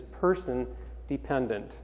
person-dependent